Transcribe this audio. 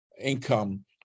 income